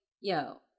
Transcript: yo